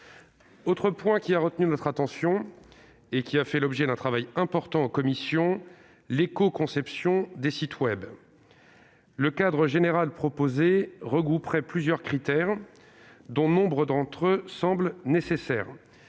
Autre point qui a retenu notre attention et qui a fait l'objet d'un travail important en commission : l'écoconception des sites web. Le cadre général proposé regrouperait plusieurs critères dont nombre d'entre eux semblent nécessaires.